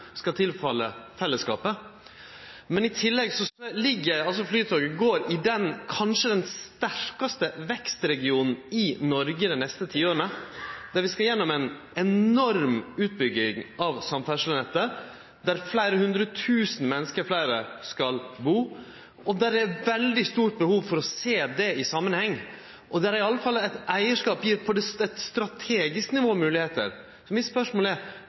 skal gå til fellesskapet. Men i tillegg går Flytoget i den kanskje sterkaste vekstregionen i Noreg dei neste tiåra, der vi skal gjennom ei enorm utbygging av samferdslenettet, der fleire hundre tusen menneske til skal bu, og der det er veldig stort behov for å sjå dette i samanheng. Eit eigarskap gir moglegheiter på eit strategisk nivå, så mitt spørsmål er: